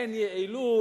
אין יעילות.